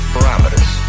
Parameters